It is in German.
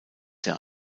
der